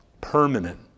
permanent